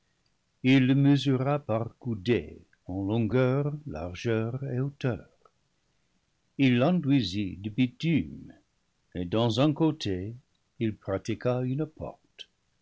il le mesura par coudées en longueur largeur et hauteur il l'enduisit de bitume et dans un côté il pratiqua une porte